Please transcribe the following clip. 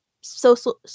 social